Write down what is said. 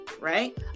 right